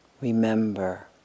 Remember